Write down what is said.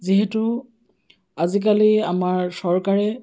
যিহেতু আজিকালি আমাৰ চৰকাৰে